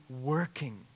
working